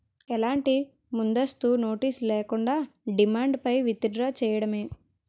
ఎలాంటి ముందస్తు నోటీస్ లేకుండా, డిమాండ్ పై విత్ డ్రా చేయడమే